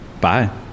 Bye